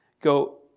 go